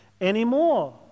anymore